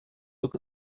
look